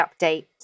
update